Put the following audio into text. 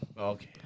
Okay